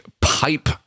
pipe